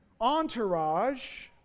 entourage